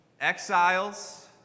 exiles